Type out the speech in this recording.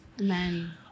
amen